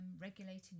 regulating